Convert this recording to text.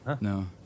No